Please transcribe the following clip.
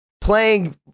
playing